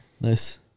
Nice